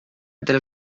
della